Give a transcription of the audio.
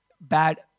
bad